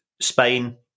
Spain